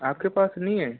आपके पास नहीं है